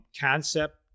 concept